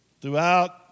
Throughout